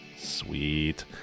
Sweet